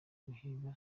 guhiga